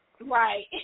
Right